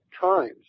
times